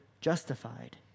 justified